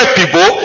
people